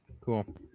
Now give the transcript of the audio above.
Cool